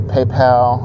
PayPal